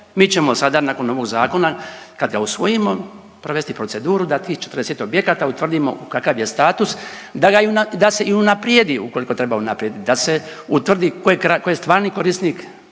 Mi ćemo sada nakon ovog zakona kad ga usvojimo provesti proceduru da tih 40 objekata utvrdimo kakav je status da se i unaprijedi ukoliko treba unaprijedit, da se utvrdi ko je stvarni korisnik,